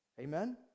amen